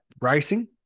racing